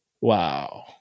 Wow